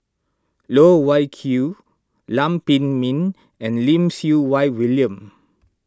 Loh Wai Kiew Lam Pin Min and Lim Siew Wai William